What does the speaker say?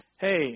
Hey